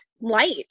light